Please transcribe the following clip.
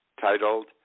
titled